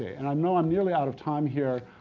and i know i'm nearly out of time, here.